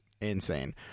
insane